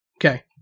Okay